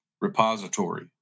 repository